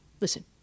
listen